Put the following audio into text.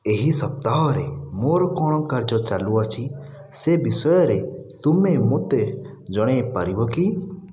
ଏହି ସପ୍ତାହରେ ମୋର କଣ କାର୍ଯ୍ୟ ଚାଲୁ ଅଛି ସେ ବିଷୟରେ ତୁମେ ମୋତେ ଜଣେଇପାରିବ କି